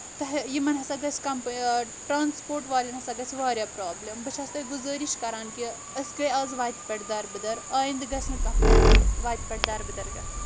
تۄہہِ یِمن ہسا گژھِ کمپنی ٹرانسپوٹ والٮ۪ن ہسا گژھِ واریاہ پرابلم بہٕ چھس تۄہہِ گُزٲرِش کران کہِ أسۍ گٔیے آز وتہِ پٮ۪ٹھ دربٕدر آینٛدٕ گژھنہٕ کانٛہہ فیملی وتہِ پٮ۪ٹھ دربٕدر گژھٕنۍ